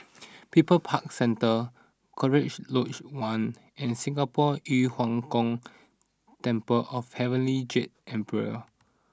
People's Park Centre Cochrane Lodge One and Singapore Yu Huang Gong Temple of Heavenly Jade Emperor